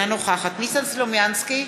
אינה נוכחת ניסן סלומינסקי,